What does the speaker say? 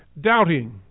doubting